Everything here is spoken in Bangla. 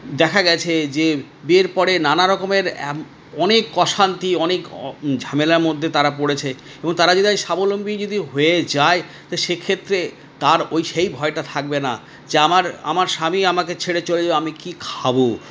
দেখা গেছে যে বিয়ের পরে নানারকমের এম অনেক অশান্তি অনেক ঝামেলার মধ্যে তারা পড়েছে এবং তারা যদি আজ স্বাবলম্বী যদি হয়ে যায় তো সেক্ষেত্রে তার ওই সেই ভয়টা থাকবে না যে আমার আমার স্বামী আমাকে ছেড়ে চলে যাবে আমি কি খাবো